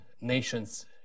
nations